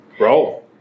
Roll